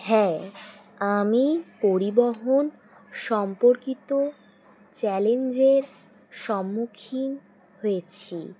হ্যাঁ আমি পরিবহন সম্পর্কিত চ্যালেঞ্জের সম্মুখীন হয়েছি